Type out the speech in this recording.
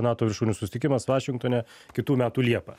nato viršūnių susitikimas vašingtone kitų metų liepą